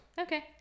Okay